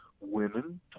women